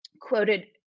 quoted